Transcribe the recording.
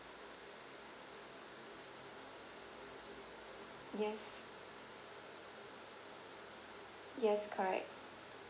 yes yes correct